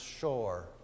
shore